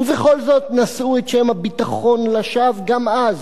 ובכל זאת נשאו את שם הביטחון לשווא גם אז.